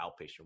outpatient